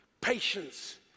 Patience